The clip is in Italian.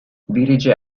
dirige